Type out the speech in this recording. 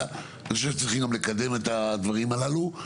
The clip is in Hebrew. אליהן אבל צריך לקדם את הדברים הללו.